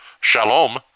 Shalom